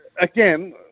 again